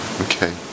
Okay